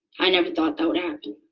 i never thought that would happen.